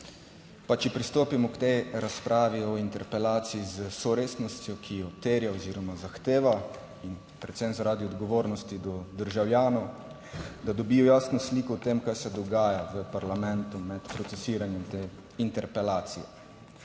Pa če pristopimo k tej razpravi o interpelaciji z vso resnostjo, ki jo terja oziroma zahteva in predvsem zaradi odgovornosti do državljanov, da dobijo jasno sliko o tem, kaj se dogaja v parlamentu med procesiranjem te interpelacije.